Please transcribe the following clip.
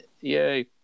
Yay